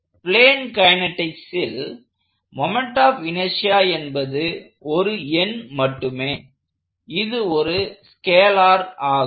plane கைனெடிக்சில் moment of inertia என்பது ஒரு எண் மட்டுமே இது ஒரு ஸ்கேலார் ஆகும்